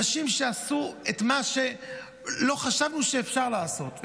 אנשים שעשו את מה שלא חשבנו שאפשר לעשות,